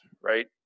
right